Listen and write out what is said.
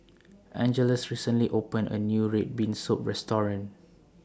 Angeles recently opened A New Red Bean Soup Restaurant